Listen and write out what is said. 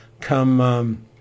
come